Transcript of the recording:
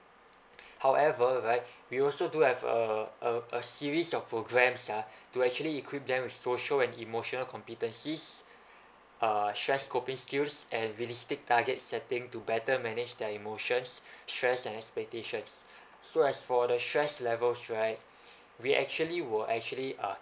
however right we also do have a uh a series of programs ah to actually equip them with social and emotional competence these uh stress coping skills and realistic target setting to better manage their emotions stress and expectations so as for the stress levels right we actually will actually uh